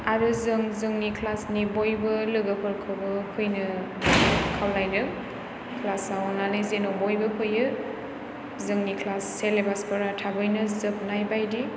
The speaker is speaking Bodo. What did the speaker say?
आरो जों जोंनि क्लास नि बयबो लोगोफोरखौबो फैनो खावलायो क्लासाव अननानै जेन' बयबो फैयो जोंनि क्लास सेलेबास फोरा थाबैनो जोबनाय बायदि